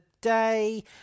day